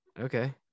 okay